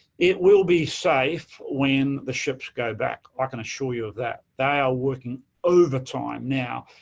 it will be safe when the ships go back, i can assure you of that. they are working overtime now,